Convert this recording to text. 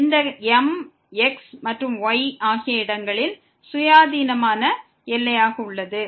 அங்கு இந்த M x மற்றும் y இலிருந்து சுயாதீனமாக உள்ளது